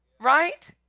Right